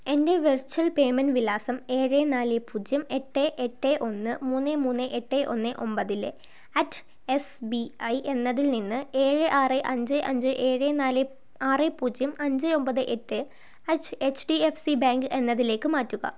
എൻ്റെ virtual payment വിലാസം ഏഴ് നാല് പൂജ്യം എട്ട് എട്ട് ഒന്ന് മൂന്ന് മൂന്ന് എട്ട് ഒന്ന് ഒമ്പതിലെ അറ്റ് എസ് ബി ഐ എന്നതിൽ നിന്ന് ഏഴ് ആറ് അഞ്ച് അഞ്ച് ഏഴ് നാല് ആറ് പൂജ്യം അഞ്ച് ഒമ്പത് എട്ട് at H D F C bank എന്നതിലേക്ക് മാറ്റുക